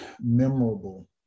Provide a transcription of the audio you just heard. memorable